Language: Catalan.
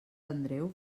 andreu